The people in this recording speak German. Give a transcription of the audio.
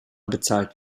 bezahlt